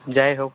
যাই হোক